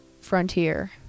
frontier